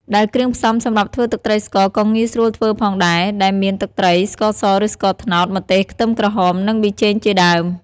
ដែលគ្រឿងផ្សំសម្រាប់ធ្វើទឹកត្រីស្ករក៏ងាយស្រួលធ្វើផងដែរ ដែលមាន ទឹកត្រី ស្ករសឬស្ករត្នោត ម្ទេស ខ្ទឹមក្រហម និងប៊ីចេងជាដើម។